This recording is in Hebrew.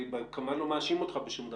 אני כמובן לא מאשים אותך בשום דבר,